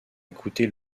écouter